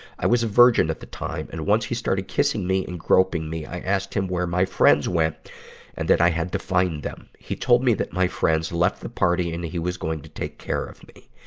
i was a virgin at the time, and once he started kissing me and groping me, i asked him where my friends went and that i had to find them. he told me that my friends left the party and that he was going to take care of me.